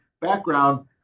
background